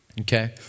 Okay